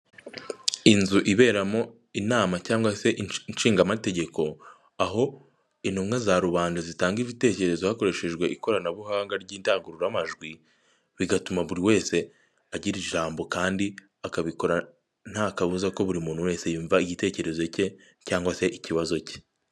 Inzu iberamo inama cyangwa se ishingamategeko aho intumwa za rubanda zitanga ibitekerezo hakoreshejwe ikoranabuhanga ry'indangururamajwi, bigatuma buri wese agira ijambo kandi akabikora nta kabuza ko buri muntu wese yumva igitekerezo cye cyangwa se ikibazo cye.